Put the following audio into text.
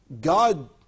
God